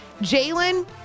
Jalen